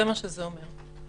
זה מה שזה אומר.